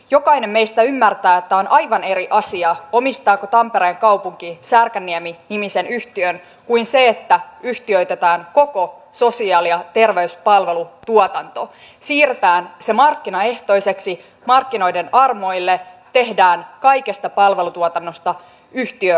jokainen meistä ymmärtää että se on aivan eri asia omistaako tampereen kaupunki särkänniemi nimisen yhtiön kuin se että yhtiöitetään koko sosiaali ja terveyspalvelutuotanto siirretään se markkinaehtoiseksi markkinoiden armoille tehdään kaikesta palvelutuotannosta yhtiömuotoista